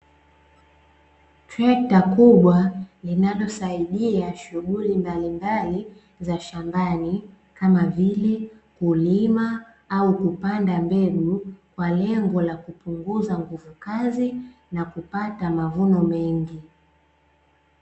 Trekta kubwa linalosaidia shughuli mbalimbali za shambani, kama vile: kulima au kupanda mbegu, kwa lengo la kupunguza nguvu kazi na kupata mavuno mengi.